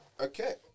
Okay